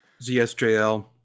ZSJL